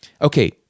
okay